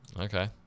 okay